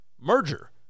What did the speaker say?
merger